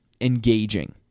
engaging